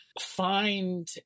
find